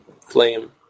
flame